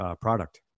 product